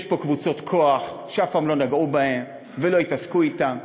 יש פה קבוצות כוח שאף פעם לא נגעו בהן ולא התעסקו אתן,